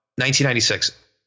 1996